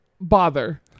bother